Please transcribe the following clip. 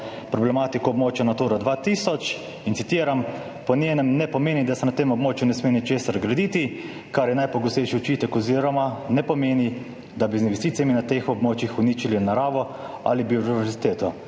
problematiko območja Natura 2000. Po njenem ne pomeni, da se na tem območju ne sme ničesar graditi, kar je najpogostejši očitek, oziroma ne pomeni, da bi z investicijami na teh območjih uničili naravo ali biodiverziteto.